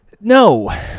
No